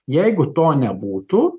jeigu to nebūtų